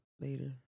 later